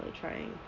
trying